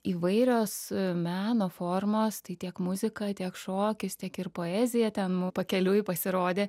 įvairios meno formos tai tiek muzika tiek šokis tiek ir poezija ten pakeliui pasirodė